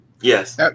Yes